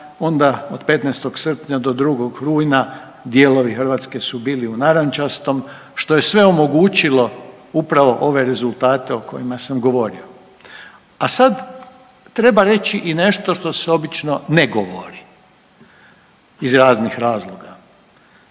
onda od 15. srpnja do 2. rujna dijelovi Hrvatske su bili u narančastom što je sve omogućilo upravo ove rezultate o kojima sam govorio. A sad treba reći i nešto što se obično ne govori iz raznih razloga,